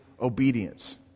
obedience